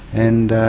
and